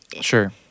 Sure